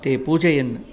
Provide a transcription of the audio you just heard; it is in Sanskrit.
ते पूजयन्